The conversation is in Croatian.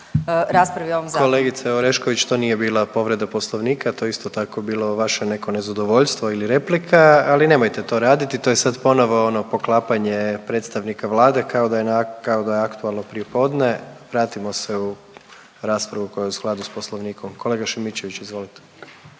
Kolegice Orešković, to nije bila povreda Poslovnika. To je isto tako bilo vaše neko nezadovoljstvo ili replika, ali nemojte to raditi. To je sad ponovo ono poklapanje predstavnika Vlade kao da je aktualno prijepodne. Vratimo se u raspravu koja je u skladu sa Poslovnikom. Kolega Šimičević, izvolite.